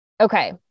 okay